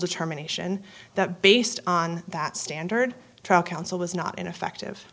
determination that based on that standard trial counsel is not ineffective